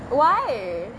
why